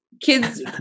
Kids